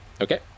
Okay